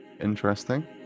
Interesting